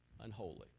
unholy